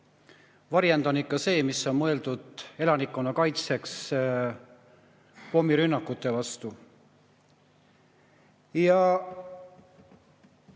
Varjend on ikka see, mis on mõeldud elanikkonna kaitsmiseks pommirünnakute vastu.